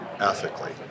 ethically